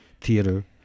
theater